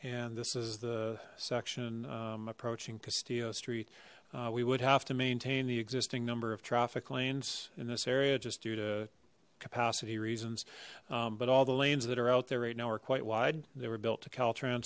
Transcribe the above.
and this is the section approaching castillo street we would have to maintain the existing number of traffic lanes in this area just due to capacity reasons but all the lanes that are out there right now are quite wide they were built to caltran